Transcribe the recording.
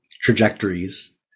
trajectories